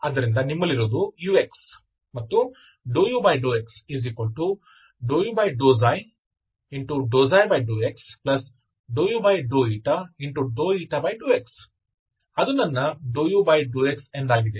ಆದ್ದರಿಂದ ನಿಮ್ಮಲ್ಲಿರುವುದು ux ಮತ್ತು ∂u∂x ∂u∂x ∂u∂x ಅದು ನನ್ನ ∂u∂x ಎಂದಾಗಿದೆ